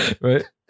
Right